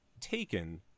taken